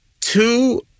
two